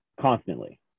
constantly